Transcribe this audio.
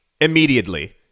immediately